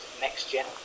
next-gen